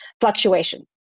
fluctuation